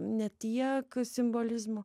ne tiek simbolizmo